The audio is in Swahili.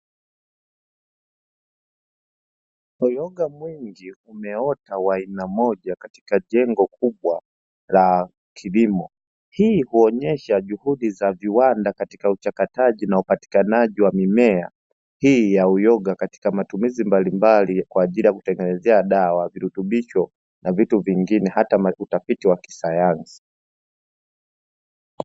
Uyoga mwingi umeota wa aina moja katika jengo kubwa la kilimo, hii huonyesha juhudi za viwanda katika uchakataji na upatikanaji wa mimea hii ya uyoga katika matumizi mbalimbali, kwa ajili ya kutengenezea dawa, virutubisho na vitu vingine, hata makutafiti wa kisayansi.